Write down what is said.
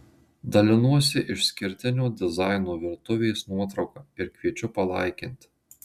dalinuosi išskirtinio dizaino virtuvės nuotrauka ir kviečiu palaikinti